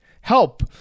Help